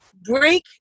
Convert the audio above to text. break